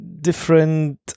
different